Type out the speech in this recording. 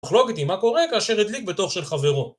אך לו גדי, מה קורה כאשר הדליק בתוך של חברו